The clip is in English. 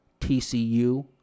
TCU